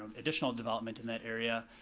additional development in that area,